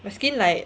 the skin like